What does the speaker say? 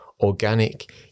Organic